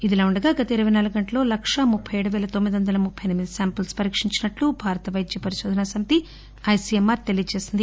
ఇదిలా ఉండగా గత ఇరపై నాలుగు గంటల్లో లకా ముప్పై ఏడు పేల తోమ్మిది వందల ముప్పై ఎనిమిది సాంపిల్స్ పరీక్షించినట్లు భారత వైద్య పరిశోధన సమితి ఐసీఎంఆర్ తెలియచేసింది